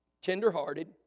tenderhearted